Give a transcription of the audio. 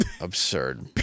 Absurd